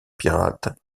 pirates